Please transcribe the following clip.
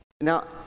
Now